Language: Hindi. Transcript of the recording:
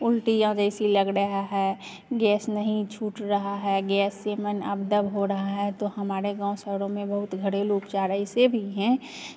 उल्टियाँ जैसी लग रहा है गैस नहीं छूट रहा है गैस से मन अबदब हो रहा है तो हमारे गाँव शहरों में बहुत घरेलू उपचार ऐसे भी हैं